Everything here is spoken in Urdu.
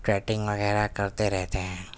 چیٹنگ وغیرہ کرتے رہتے ہیں